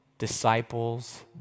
disciples